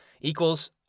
equals